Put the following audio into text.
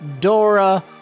dora